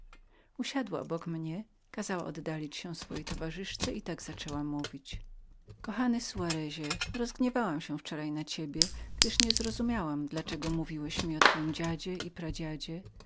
usiadła obok mnie kazała oddalić się swojej towarzysze i tak zaczęła mówić kochany soarez rozgniewałam się wczoraj na ciebie gdyż nie zrozumiałam dla czego mówiłeś mi o twoim dziadzie i pradziadzie ale